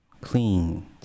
clean